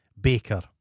Baker